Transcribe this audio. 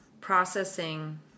processing